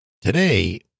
Today